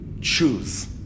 choose